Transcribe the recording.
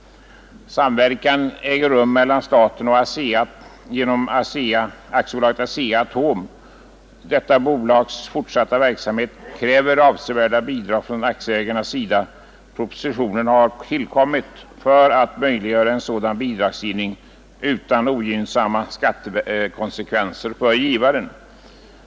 Samverkan äger rum mellan staten och ASEA genom AB Asea-Atom. Detta bolags fortsatta verksamhet kräver avsevärda bidrag från aktieägarnas sida. Propositionen har tillkommit för att möjliggöra sådan bidragsgivning utan ogynnsamma skattekonsekvenser för givaren.